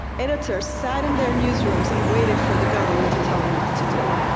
editors sat in their newsrooms and waited for the government to tell them what to do.